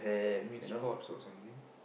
you mean sports or something